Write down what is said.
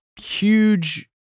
huge